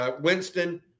Winston